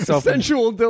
sensual